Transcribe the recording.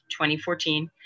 2014